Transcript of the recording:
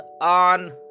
on